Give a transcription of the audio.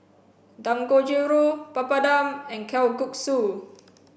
Dangojiru Papadum and Kalguksu